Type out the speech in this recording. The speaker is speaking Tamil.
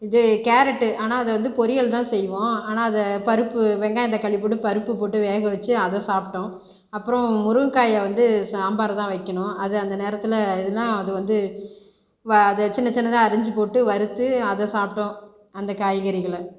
இது கேரட்டு ஆனால் அதை வந்து பொரியல் தான் செய்வோம் ஆனால் அதை பருப்பு வெங்காயம் தக்காளி போட்டு பருப்பு போட்டு வேகவச்சு அதை சாப்பிடோம் அப்புறம் முருங்கைக்காய வந்து சாம்பார் தான் வைக்கணும் அதை அந்த நேரத்தில் எதுனா அது வந்து வ அதை சின்ன சின்னதாக அரிஞ்சு போட்டு வறுத்து அதை சாப்பிடோம் அந்த காய்கறிகளை